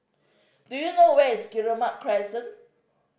do you know where is Guillemard Crescent